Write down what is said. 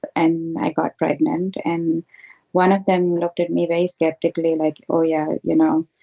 and i got pregnant and one of them looked at me very skeptically, like, oh, yeah, you know,